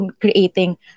creating